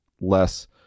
less